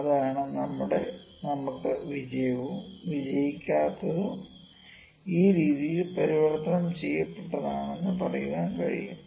അതാണ് നമുക്ക് വിജയവും വിജയിക്കാത്തതും ഈ രീതിയിൽ പരിവർത്തനം ചെയ്യപ്പെട്ടതെന്ന് പറയാൻ കഴിയും